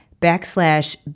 backslash